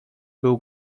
był